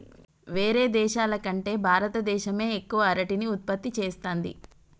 వేరే దేశాల కంటే భారత దేశమే ఎక్కువ అరటిని ఉత్పత్తి చేస్తంది